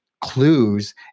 clues